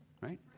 right